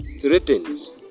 threatens